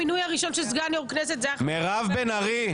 המינוי הראשון של סגן יו"ר כנסת זה אחמד --- מירב בן ארי,